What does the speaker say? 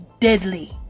deadly